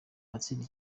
atsinda